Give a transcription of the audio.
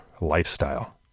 lifestyle